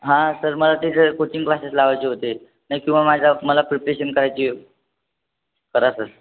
हां सर मला ते जर कोचिंग क्लासेस लावायचे होते नाय किंवा माझा मला प्रिपरेशन करायची आहे करा सर